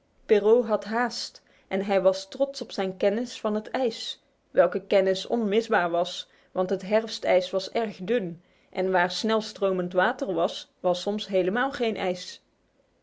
perrault had haast en hij was trots op zijn kennis van het ijs welke kennis onmisbaar was want het herfstijs was erg dun en waar snelstromend water was had je soms helemaal geen ijs